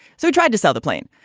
so he tried to sell the plane.